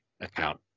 account